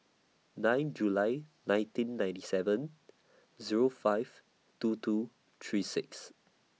nine July nineteen ninety seven Zero five two two three six